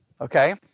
Okay